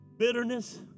Bitterness